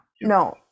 No